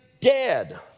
dead